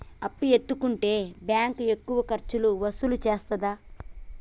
అప్పు ఎత్తుకుంటే బ్యాంకు ఎక్కువ ఖర్చులు వసూలు చేత్తదా?